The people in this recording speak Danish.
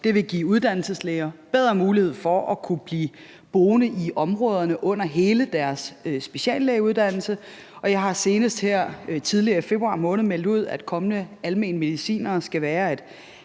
Det vil give uddannelseslæger bedre mulighed for at blive boende i områderne under hele deres speciallægeuddannelse. Jeg har senest her tidligere i februar måned meldt ud, at kommende almenmedicinere skal være